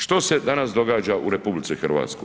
Što se danas događa u RH?